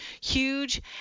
huge